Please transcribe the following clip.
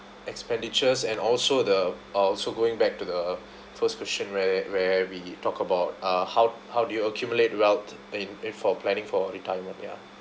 expenditures and also the uh also going back to the first question where where we talk about uh how how do you accumulate wealth in eh for planning for retirement ya